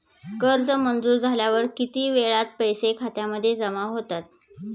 कर्ज मंजूर झाल्यावर किती वेळात पैसे खात्यामध्ये जमा होतात?